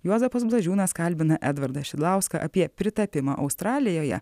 juozapas blažiūnas kalbina edvardą šidlauską apie pritapimą australijoje